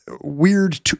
weird